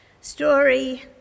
story